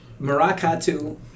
Maracatu